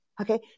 Okay